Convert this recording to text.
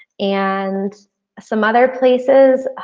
and some other places.